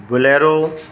bolero